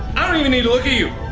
i don't even need to look at you.